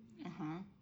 mmhmm